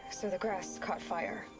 so the grass. caught fire.